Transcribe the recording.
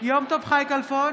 יום טוב חי כלפון,